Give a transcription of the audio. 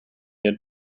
had